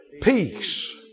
Peace